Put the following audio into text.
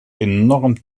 enorm